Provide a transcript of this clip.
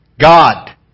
God